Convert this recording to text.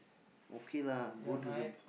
okay lah go to the